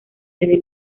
desde